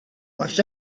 watch